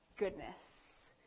goodness